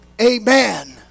Amen